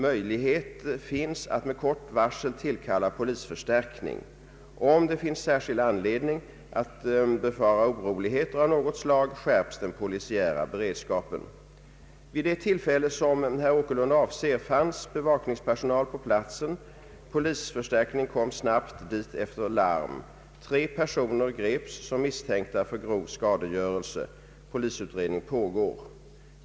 Möjlighet finns att med kort varsel tillkalla polisförstärkning. Om det finns särskild anledning att befara oroligheter av något slag skärps den polisiära beredskapen. Vid det tillfälle som herr Åkerlund avser fanns bevakningspersonal på platsen. Polisförstärkning kom snabbt dit efter larm. Tre personer greps som misstänkta för grov skadegörelse. Polisutredning pågår.